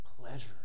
pleasure